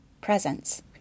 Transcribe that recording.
presence